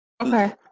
okay